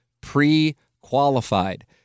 pre-qualified